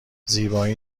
زیبایی